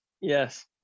Yes